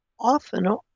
often